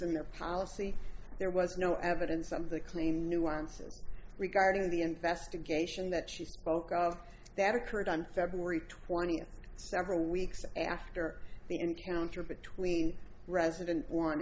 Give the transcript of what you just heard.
in their policy there was no evidence of the clean nuances regarding the investigation that she spoke of that occurred on february twenty third several weeks after the encounter between resident